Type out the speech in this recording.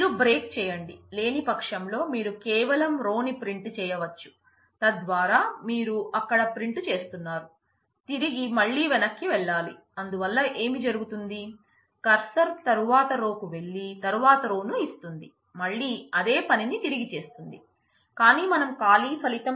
మీరు బ్రేక్ చేయండి లేనిపక్షంలో మీరు కేవలం రో చేయటం